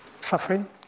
suffering